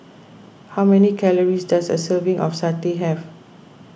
how many calories does a serving of Satay have